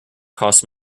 costs